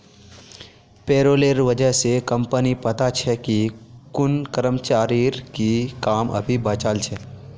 पेरोलेर वजह स कम्पनी पता पा छे कि कुन कर्मचारीर की काम अभी बचाल छ